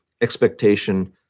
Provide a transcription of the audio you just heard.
expectation